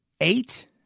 eight